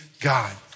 God